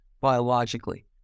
biologically